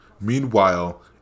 Meanwhile